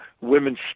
women's